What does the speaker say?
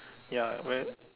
ya very